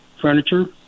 furniture